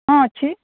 ହଁ ଅଛି